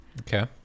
Okay